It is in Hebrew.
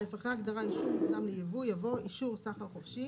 (א) אחרי ההגדרה "אישור מוקדם לייבוא: יבוא: "אישור סחר חופשי"